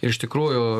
iš tikrųjų